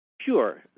Sure